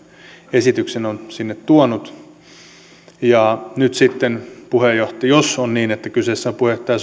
esityksen on sinne tuonut nyt sitten jos on niin että kyseessä on puheenjohtaja